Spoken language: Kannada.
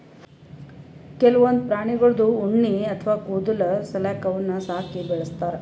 ಕೆಲವೊಂದ್ ಪ್ರಾಣಿಗಳ್ದು ಉಣ್ಣಿ ಅಥವಾ ಕೂದಲ್ ಸಲ್ಯಾಕ ಅವನ್ನ್ ಸಾಕಿ ಬೆಳಸ್ತಾರ್